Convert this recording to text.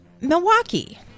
Milwaukee